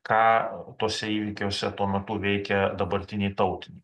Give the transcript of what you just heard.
ką tuose įvykiuose tuo metu veikė dabartiniai tauti